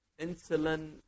insulin